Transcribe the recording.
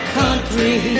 country